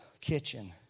kitchen